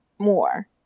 more